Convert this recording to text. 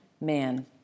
man